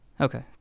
Okay